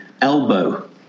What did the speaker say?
elbow